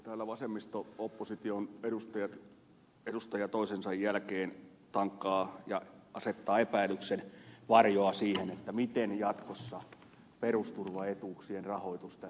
täällä vasemmisto opposition edustaja toisensa jälkeen tankkaa ja asettaa epäilyksen varjoa siihen miten jatkossa perusturvaetuuksien rahoitus tässä maassa hoidetaan